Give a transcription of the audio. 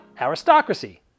Aristocracy